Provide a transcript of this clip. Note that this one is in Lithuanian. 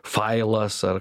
failas ar